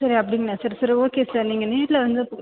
sir அப்படிங்களா sir சரி okay sir நீங்கள் நேரில் வந்து